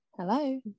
Hello